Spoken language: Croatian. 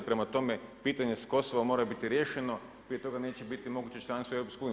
Prema tome, pitanje s Kosovom mora biti riješeno, prije toga neće biti moguće članstvo u EU.